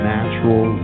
Natural